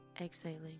exhaling